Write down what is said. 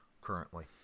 currently